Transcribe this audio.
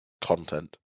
content